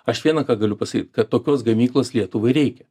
aš viena ką galiu pasakyt kad tokios gamyklos lietuvai reikia